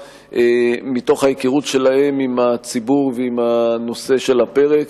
מתוך ההיכרות שלהם עם הציבור ועם הנושא שעל הפרק.